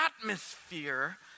atmosphere